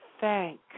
thank